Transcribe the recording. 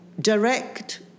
Direct